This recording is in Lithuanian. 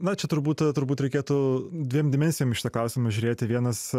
na čia turbūt turbūt reikėtų dviem dimensijom į šitą klausimą žiūrėti vienas